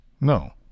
No